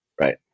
right